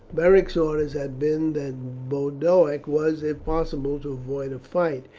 beric's orders had been that boduoc was if possible to avoid a fight,